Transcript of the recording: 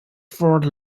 fort